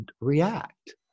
react